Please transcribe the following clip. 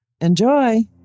Enjoy